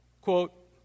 quote